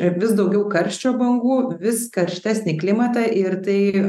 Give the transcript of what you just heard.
vis daugiau karščio bangų vis karštesnį klimatą ir tai